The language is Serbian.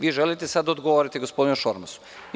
Vi želite sada da odgovorite gospodinu Šormazu.